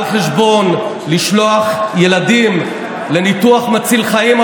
על חשבון לשלוח ילדים לניתוח מציל חיים.